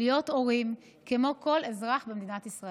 להיות הורים כמו כל אזרח במדינת ישראל.